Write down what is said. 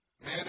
Man